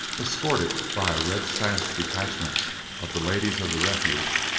escorted by a red-sashed detachment of the ladies of the refuge,